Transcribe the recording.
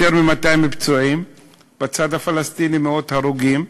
יותר מ-200 פצועים, בצד הפלסטיני מאות הרוגים,